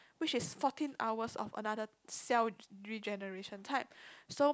which is fourteen hours of another self regeneration time so